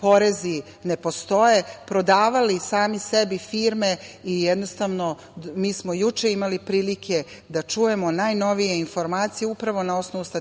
porezi ne postoje, prodavali sami sebi firme. Mi smo juče imali prilike da čujemo najnovije informacije na osnovu statističkih